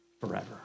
forever